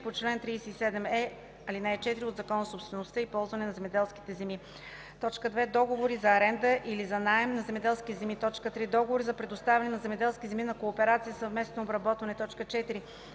по чл. 37е, ал. 4 от Закона за собствеността и ползуването на земеделските земи; 2. договори за аренда или за наем на земеделски земи; 3. договори за предоставяне на земеделски земи на кооперация за съвместно обработване; 4.